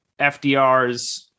FDRs